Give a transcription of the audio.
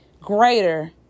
greater